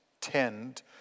tend